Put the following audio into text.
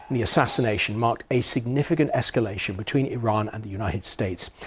the assassination marked a significant escalation between iran and the united states.